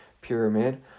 Pyramid